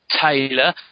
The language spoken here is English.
Taylor